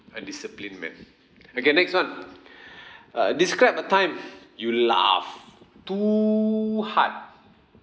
a disciplined man okay next one uh describe a time you laugh too hard